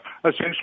essentially